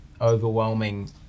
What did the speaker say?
overwhelming